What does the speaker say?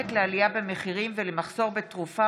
גורמת לעלייה במחירים ולמחסור בתרופה